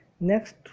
Next